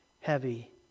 heavy